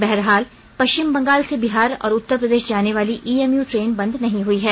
बहरहाल पश्चिम बंगाल से बिहार और उत्तर प्रदेश जाने वाली ईएमयू ट्रेन बंद नहीं हुई है